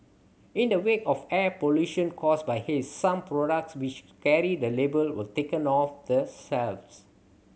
in the wake of air pollution caused by haze some products which carry the label were taken off the shelves